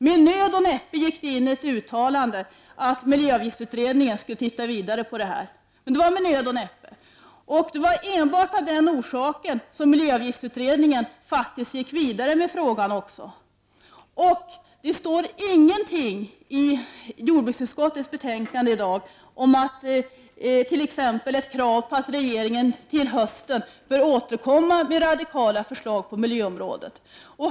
Med nöd och näppe gick det in ett uttalande att miljöavgiftsutredningen skulle se vidare på det här — men det var med nöd och näppe! Det var faktiskt också enbart av det skälet som miljöavgiftsutredningen gick vidare med frågan. Det står ingenting i det betänkande från jordbruksutskottet som vi i dag behandlar om att regeringen till hösten bör återkomma med radikala förslag på miljöområdet.